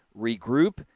Regroup